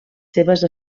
seves